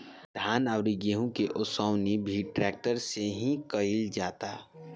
धान अउरी गेंहू के ओसवनी भी ट्रेक्टर से ही कईल जाता